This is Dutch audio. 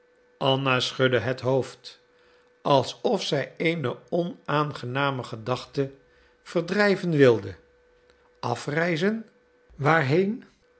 anna schudde het hoofd alsof zij eene onaangename gedachte verdrijven wilde afreizen waarheen